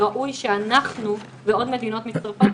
ראוי שאנחנו ועוד מדינות נצטרף.